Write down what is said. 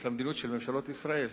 את המדיניות של ממשלות ישראל,